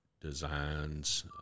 designs